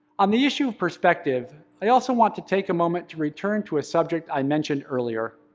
on the issue of perspective, i also want to take a moment to return to a subject i mentioned earlier,